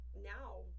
now